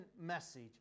message